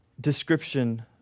description